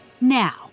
Now